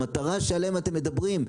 למטרה שעליה אתם מדברים,